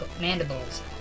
mandibles